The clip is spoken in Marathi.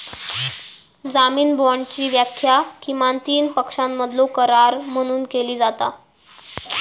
जामीन बाँडची व्याख्या किमान तीन पक्षांमधलो करार म्हणून केली जाता